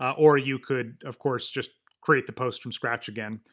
or you could, of course just create the post from scratch again,